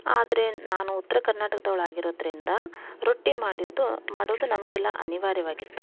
ಆದರೆ ನಾನು ಉತ್ತರ ಕರ್ನಾಟಕದವಳು ಆಗಿರೋದರಿಂದ ರೊಟ್ಟಿ ಮಾಡಿದ್ದು ಮಾಡೋದು ನಮಗೆಲ್ಲ ಅನಿವಾರ್ಯವಾಗಿತ್ತು